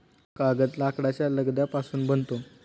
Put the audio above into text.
कागद लाकडाच्या लगद्यापासून बनतो